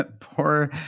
poor